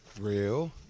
Real